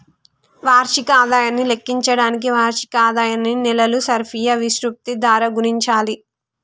వార్షిక ఆదాయాన్ని లెక్కించడానికి వార్షిక ఆదాయాన్ని నెలల సర్ఫియా విశృప్తి ద్వారా గుణించాలి